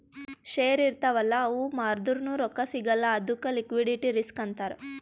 share ಇರ್ತಾವ್ ಅಲ್ಲ ಅವು ಮಾರ್ದುರ್ನು ರೊಕ್ಕಾ ಸಿಗಲ್ಲ ಅದ್ದುಕ್ ಲಿಕ್ವಿಡಿಟಿ ರಿಸ್ಕ್ ಅಂತಾರ್